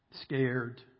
scared